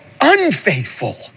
unfaithful